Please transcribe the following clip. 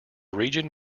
region